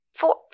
Four